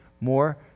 more